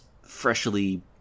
freshly